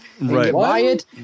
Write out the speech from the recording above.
right